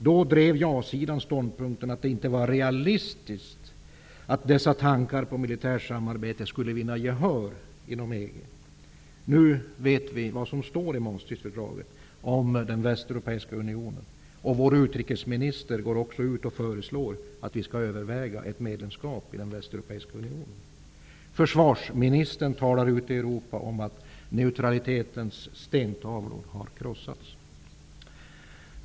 Då drev ja-sidan ståndpunkten att det inte var realistiskt att dessa tankar på militärt samarbete skulle vinna gehör inom EG. Nu vet vi vad som står i Maastrichtfördraget om den västeuropeiska unionen. Vår utrikesminister går också ut och föreslår att vi skall överväga ett medlemskap i den västeuropeiska unionen. Försvarsministern talar ute i Europa om att neutralitens stentavlor har krossats.